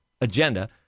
agenda